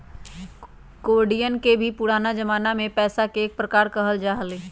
कौडियवन के भी पुराना जमाना में पैसा के एक प्रकार कहल जा हलय